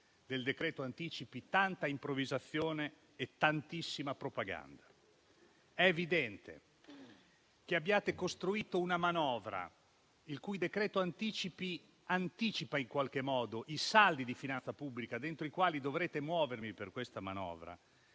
del decreto-legge anticipi, tanta improvvisazione e tantissima propaganda. È evidente che abbiate costruito una manovra in cui il decreto-legge anticipi anticipa in qualche modo i saldi di finanza pubblica dentro i quali dovrete muovermi per questa manovra.